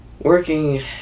Working